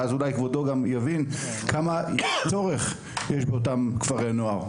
ואז אולי כבודו גם יבין כמה צורך יש באותם כפרי נוער.